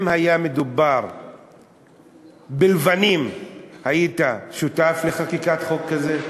אם היה מדובר בלבנים, היית שותף לחקיקת חוק כזה?